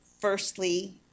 Firstly